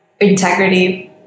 integrity